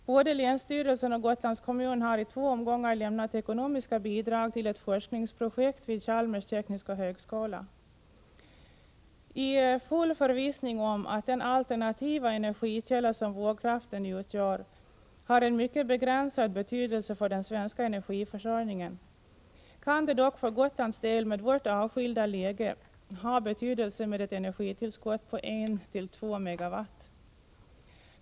Både länsstyrelsen och Gotlands kommun har i två omgångar lämnat ekonomiska bidrag till ett forskningsprojekt vid Chalmers tekniska högskola. I full förvissning om att den alternativa energikälla som vågkraften utgör har en mycket begränsad betydelse för den svenska energiförsörjningen vill vi framhålla att det för Gotlands del med sitt avskilda läge kan ha betydelse med ett energitillskott på 1-2 MW.